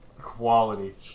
Quality